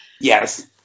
yes